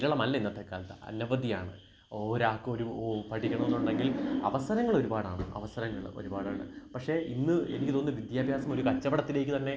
വിരളമല്ല ഇന്നത്തെ കാലത്ത് അനവധിയാണ് ഒരാള്ക്കൊരു പഠിക്കണമെന്നുണ്ടെങ്കിൽ അവസരങ്ങൾ ഒരുപാടാണ് അവസരങ്ങള് ഒരുപാടാണ് പക്ഷേ ഇന്ന് എനിക്ക് തോന്നുന്നു വിദ്യാഭ്യാസം ഒരു കച്ചവടത്തിലേക്ക് തന്നെ